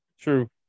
true